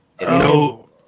No